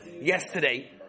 yesterday